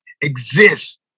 exist